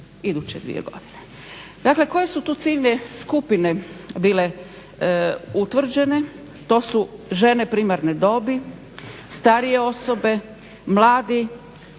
iduće dvije godine. Dakle, koje su tu ciljne skupine bile utvrđene? To su žene primarne dobi, starije osobe, mladi,